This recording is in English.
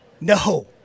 no